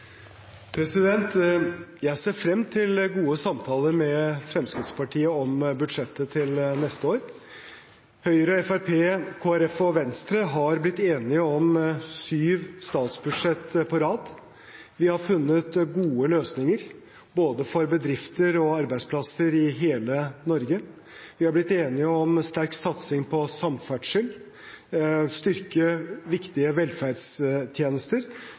neste år. Høyre, Fremskrittspartiet, Kristelig Folkeparti og Venstre har blitt enige om syv statsbudsjett på rad. Vi har funnet gode løsninger for både bedrifter og arbeidsplasser i hele Norge. Vi har blitt enige om sterk satsing på samferdsel og å styrke viktige velferdstjenester,